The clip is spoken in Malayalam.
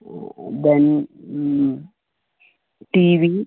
oven TV